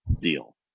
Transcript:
deal